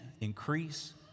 increase